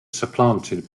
supplanted